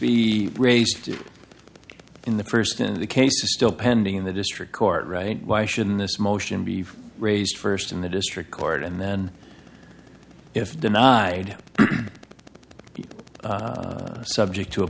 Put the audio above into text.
be raised in the first in the case is still pending in the district court right why shouldn't this motion be raised first in the district court and then if denied to be on the subject to a